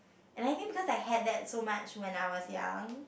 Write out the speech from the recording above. and I think because I had that so much when I was young